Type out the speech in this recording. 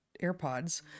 AirPods